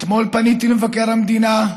אתמול פניתי למבקר המדינה,